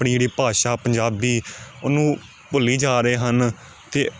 ਆਪਣੀ ਜਿਹੜੀ ਭਾਸ਼ਾ ਪੰਜਾਬੀ ਉਹਨੂੰ ਭੁੱਲੀ ਜਾ ਰਹੇ ਹਨ ਅਤੇ